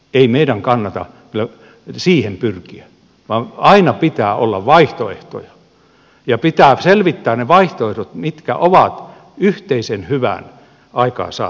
ei meidän kannata siihen pyrkiä vaan aina pitää olla vaihtoehtoja ja pitää selvittää mitkä ovat ne vaihtoehdot yhteisen hyvän aikaansaamiseksi